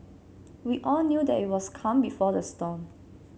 we all knew that it was the calm before the storm